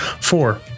Four